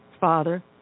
father